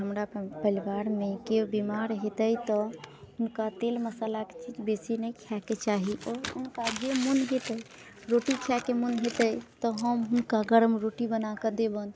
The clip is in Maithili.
हमरा परिवारमे केओ बीमार हेतै तऽ हुनका तेल मसालाके चीज बेसी नहि खाइके चाही आओर हुनका जे मोन हेतै रोटी खाइके मोन हेतै तऽ हम हुनका गरम रोटी बनाकऽ देबनि